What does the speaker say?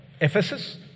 Ephesus